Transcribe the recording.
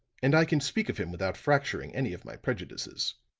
and i can speak of him without fracturing any of my prejudices.